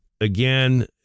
again